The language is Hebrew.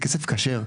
זה כסף כשר,